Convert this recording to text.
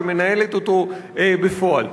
שמנהלת אותו בפועל.